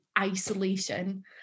isolation